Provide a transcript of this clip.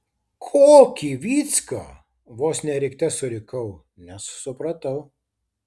kokį vycka vos ne rikte surikau nes supratau